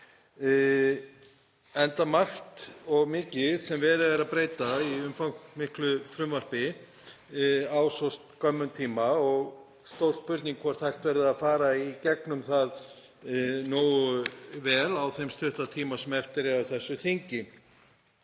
enda margt og mikið sem verið er að breyta í umfangsmiklu frumvarpi á svo skömmum tíma. Það er stór spurning hvort hægt verður að fara nógu vel í gegnum það allt á þeim stutta tíma sem eftir er af þessu þingi.